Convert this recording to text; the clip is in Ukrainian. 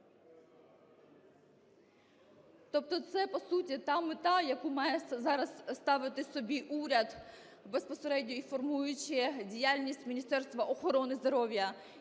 Тобто це по суті та мета, яку має зараз ставити собі уряд, безпосередньо і формуючи діяльність Міністерства охорони здоров'я і приймаючи